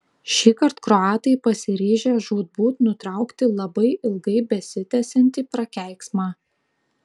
šįkart kroatai pasiryžę žūtbūt nutraukti labai ilgai besitęsiantį prakeiksmą